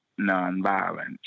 nonviolence